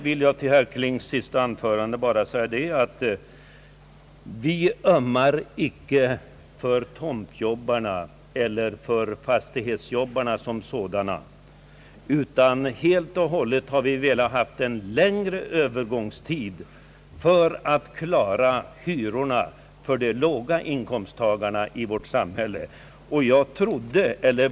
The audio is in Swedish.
Till herr Klings senaste anförande vill jag bara säga, att vi icke ömmar för tomtjobbarna eller för fastighetsjobbarna. Vi har endast velat ha en längre övergångstid för att klara hyrorna för de låga inkomsttagarna i vårt samhälle.